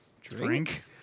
Drink